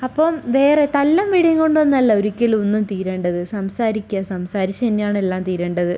അപ്പം വേറെ തല്ലും പിടിയും കൊണ്ടൊന്നും അല്ല ഒരിക്കലും ഒന്നും തീരേണ്ടത് സംസാരിക്കുക സംസാരിച്ച് തന്നെയാണ് എല്ലാം തീരേണ്ടത്